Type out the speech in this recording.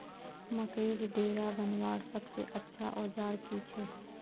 मकईर डेरा बनवार सबसे अच्छा औजार की छे?